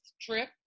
trip